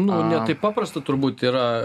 nu ne taip paprasta turbūt yra